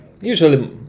usually